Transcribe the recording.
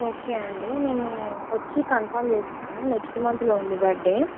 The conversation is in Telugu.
ఓకే అండి మేము వచ్చి కన్ఫర్మ్ చేస్తాము నెక్స్ట్ మంత్లో ఉంది బర్తడే